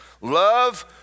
Love